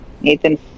Nathan